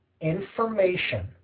information